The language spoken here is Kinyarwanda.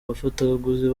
bafatabuguzi